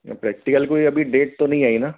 ना प्रैक्टिकल पर अभी डेट तो नहीं आई है ना